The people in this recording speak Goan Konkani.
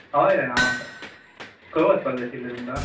हय हय हांव आसा खंय वसपाक जाय आशिल्लें तुमकां